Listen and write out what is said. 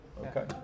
Okay